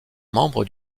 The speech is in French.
membre